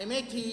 האמת היא